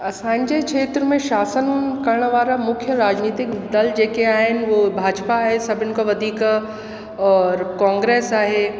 असांजे क्षेत्र में शासन करण वारा मुख्य राजनीतिक दल जेके आहिनि उहो भाजपा आहे सभिनि खां वधीक और कॉग्रेस आहे